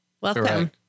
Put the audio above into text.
Welcome